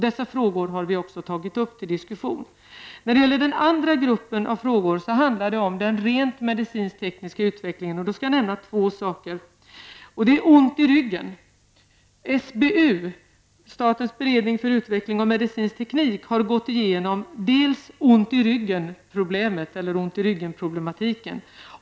Denna fråga har vi uppmärksammat. Den andra handlar om den rent medicinsk-tekniska utvecklingen. Där kan jag också nämna två saker. Den ena handlar om problemet att ha ont i ryggen. SBU, statens beredning för utveckling av medicinsk teknik, har gått igenom ont-i-ryggenproblematiken.